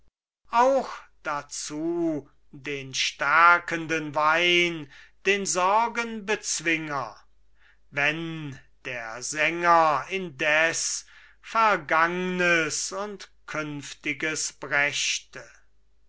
auch dazu den stärkenden wein den sorgenbezwinger wenn der sänger indes vergangnes und künftiges brächte